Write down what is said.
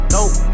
Nope